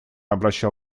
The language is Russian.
обращал